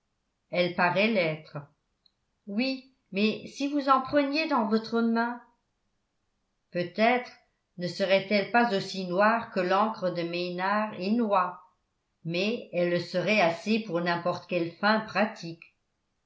elle paraît l'être oui mais si vous en preniez dans votre main peut-être ne serait-elle pas aussi noire que l'encre de maynard et noyes mais elle le serait assez pour n'importe quelle fin pratique